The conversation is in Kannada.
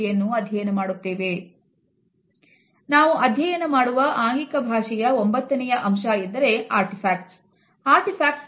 ನಾವು ಅಧ್ಯಯನ ಮಾಡುವ ಆಂಗಿಕ ಭಾಷೆಯ ಒಂಬತ್ತನೆಯ ಅಂಶ ಎಂದರೆ Artifacts ಅರ್ಟಿರ್ಫ್ಯಾಕ್ಟ್ಸ್